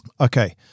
Okay